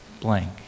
blank